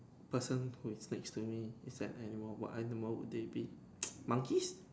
person who is next to me is an animal what animal would they be monkey